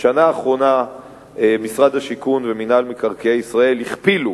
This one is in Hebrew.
בשנה האחרונה משרד השיכון ומינהל מקרקעי ישראל הכפילו,